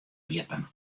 iepen